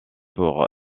pour